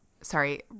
sorry